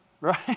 Right